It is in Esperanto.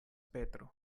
petro